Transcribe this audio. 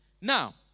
Now